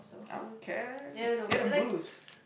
I don't care get a bruise